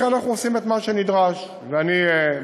לכן אנחנו עושים את מה שנדרש, ואני בודק